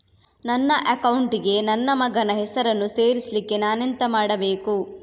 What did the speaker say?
ನನ್ನ ಅಕೌಂಟ್ ಗೆ ನನ್ನ ಮಗನ ಹೆಸರನ್ನು ಸೇರಿಸ್ಲಿಕ್ಕೆ ನಾನೆಂತ ಮಾಡಬೇಕು?